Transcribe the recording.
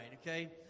okay